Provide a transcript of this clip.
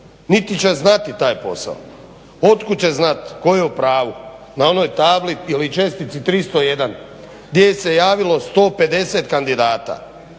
niti će znati taj posao. Od kuda će znati tko je u pravu na onoj tabli ili čestici 301 gdje ih se javilo 150 kandidata